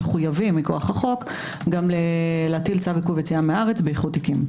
מחויבים מכוח החוק גם להטיל צו עיכוב יציאה מהארץ באיחוד תיקים.